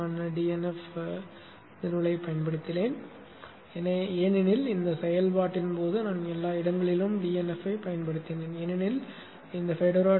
நான் dnf நிறுவலைப் பயன்படுத்தினேன் ஏனெனில் இந்தச் செயல்பாட்டின் போது நான் எல்லா இடங்களிலும் dnf ஐப் பயன்படுத்தினேன் ஏனெனில் இந்த fedora 23